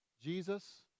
Jesus